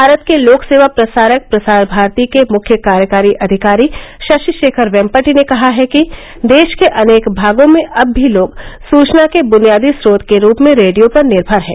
भारत के लोक सेवा प्रसारक प्रसार भारती के मुख्य कार्यकारी अधिकारी शशि रोखर वेम्पटि ने कहा है कि देश के अनेक भागों में अब भी लोग सूचना के बुनियादी स्रोत के रूप में रेडियो पर निर्मर हैं